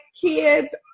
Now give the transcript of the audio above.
kids